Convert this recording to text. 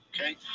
okay